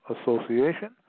association